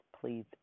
please